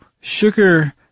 sugar